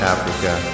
Africa